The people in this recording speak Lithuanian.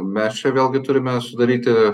mes čia vėlgi turime sudaryti